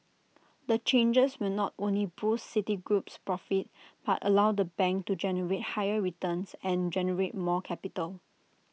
the changes will not only boost Citigroup's profits but allow the bank to generate higher returns and generate more capital